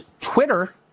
Twitter